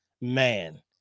man